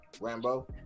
Rambo